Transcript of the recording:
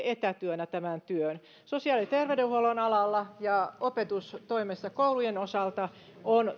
etätyönä tämän työn sosiaali ja terveydenhuollon alalla ja opetustoimessa koulujen osalta on